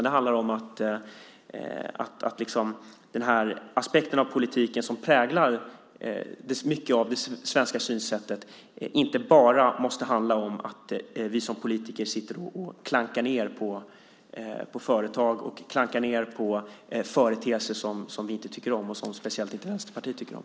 Det handlar också om att aspekten av politiken som präglar mycket av det svenska synsättet inte bara ska handla om att vi som politiker sitter och klankar ned på företag och på företeelser som vi inte tycker om och som speciellt Vänsterpartiet inte tycker om.